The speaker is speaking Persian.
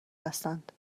هستند